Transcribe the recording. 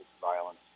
violence